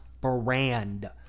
brand